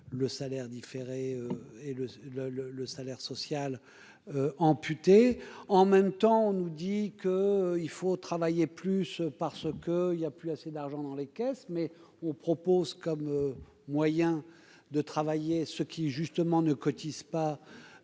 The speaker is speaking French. le salaire différé et le le le le salaire social amputé en même temps on nous dit qu'il faut travailler plus, parce que il y a plus assez d'argent dans les caisses, mais on propose comme moyen de travailler ceux qui justement ne cotisent pas